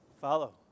follow